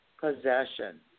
possession